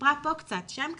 סיפרה פה קצת, שם קצת.